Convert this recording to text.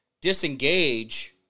disengage